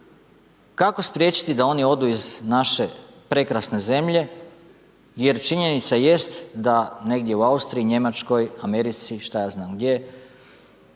Kako spriječiti da oni odu iz naše prekrasne zemlje jer činjenica jest da negdje u Austriji, Njemačkoj, Americi, šta ja znam gdje